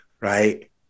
right